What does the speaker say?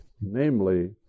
namely